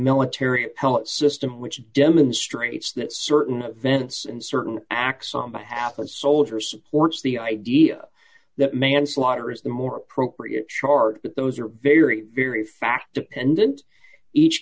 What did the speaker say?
military appellate system which demonstrates that certain events and certain acts on behalf of soldier supports the idea that manslaughter is the more appropriate charge but those are very very fact dependent each